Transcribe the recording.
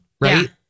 right